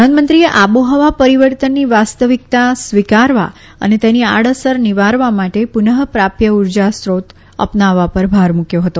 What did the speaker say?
પ્રધાનમંત્રીએ આબોહવા પરીવર્તનની વાસ્તવિકતા સ્વીકારવા અને તેની આડ અસર નિવારવા માટે પુનઃ પ્રાપ્ય ઉર્જા શ્રોત અપનાવવા પર ભાર મુકયો હતો